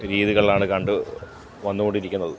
രീതികളിലാണ് കണ്ട് വന്നുകൊണ്ടിരിക്കുന്നത്